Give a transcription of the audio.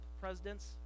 presidents